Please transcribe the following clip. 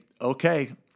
okay